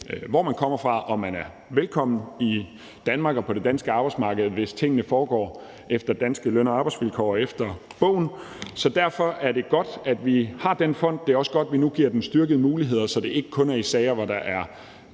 hvor man kommer fra, er man velkommen i Danmark og på det danske arbejdsmarked, hvis tingene foregår efter danske løn- og arbejdsvilkår og det hele foregår efter bogen. Så derfor er det godt, at vi har den fond, og det er også godt, at vi nu giver den styrkede muligheder, så det ikke kun er i sager, hvor der er